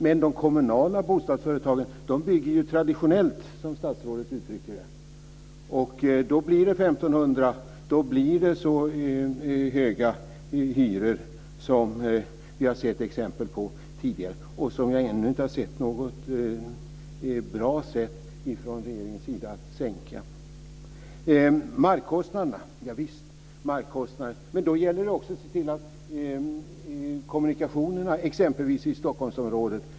Men de kommunala bostadsföretagen bygger traditionellt, som statsrådet uttrycker det, och då blir det 1 500 kr per kvadratmeter och då blir det så höga hyror som vi har sett exempel på tidigare. Jag har ännu inte sett att regeringen har något bra sätt att sänka dem. Ja, markkostnaderna är viktiga. Men det gäller också att se till att kommunikationerna fungerar, exempelvis i Stockholmsområdet.